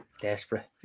desperate